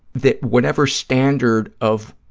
that whatever standard of,